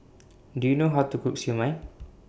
Do YOU know How to Cook Siew Mai